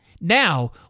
Now